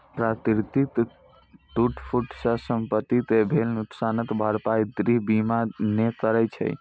प्राकृतिक टूट फूट सं संपत्ति कें भेल नुकसानक भरपाई गृह बीमा नै करै छै